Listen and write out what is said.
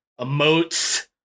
emotes